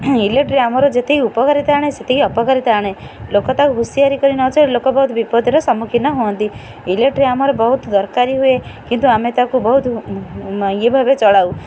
electric ଆମର ଯେତିକି ଉପକାରିତା ଆଣେ ସେତିକି ଅପକାରିତା ଆଣେ ଲୋକ ତାକୁ ହୁସିହାରି କରି ନଚଳିଲେ ଲୋକ ବହୁତ ବିପଦର ସମ୍ମୁଖୀନ ହୁଅନ୍ତି ଇଲେକ୍ଟ୍ରିକ୍ ଆମର ବହୁତ ଦରକାରୀ ହୁଏ କିନ୍ତୁ ଆମେ ତାକୁ ବହୁତ ଇଏ ଭାବେ ଚଳାଉ